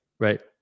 Right